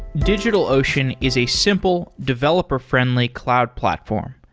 digitalocean is a simple, developer friendly cloud platform.